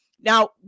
Now